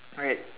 right